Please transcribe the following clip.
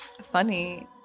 funny